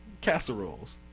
Casseroles